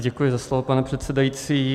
Děkuji za slovo, pane předsedající.